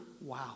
Wow